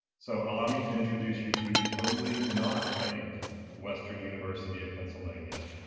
so allow me to introduce you to the totally not fake western university of pennsylvania.